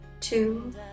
two